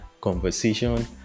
conversation